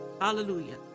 Hallelujah